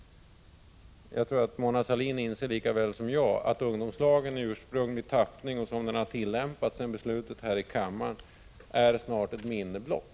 Jag tror att Mona Sahlin lika väl som jag inser att ungdomslagen i ursprunglig tappning och som den har tillämpats efter beslutet här i kammaren snart är ett minne blott.